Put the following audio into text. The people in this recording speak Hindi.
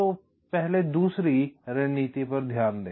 तो पहले दूसरी रणनीति पर ध्यान दें